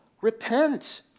repent